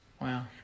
Wow